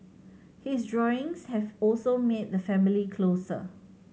his drawings have also made the family closer